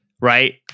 right